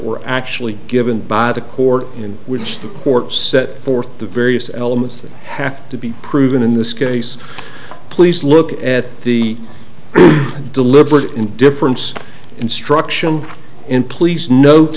were actually given by the court in which the court set forth the various elements that have to be proven in this case please look at the deliberate indifference instruction in please note